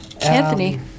Anthony